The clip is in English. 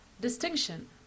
distinction